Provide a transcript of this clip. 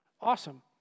Awesome